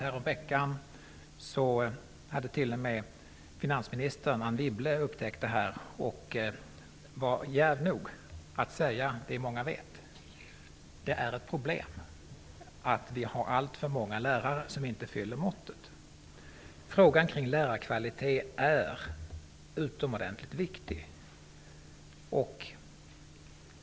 Häromveckan hade t.o.m. finansminister Anne Wibble upptäckt bristerna och var djärv nog att säga det många vet: Det är ett problem att vi har alltför många lärare som inte fyller måttet. Frågan om lärarkvalitet är utomordentligt viktig.